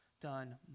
done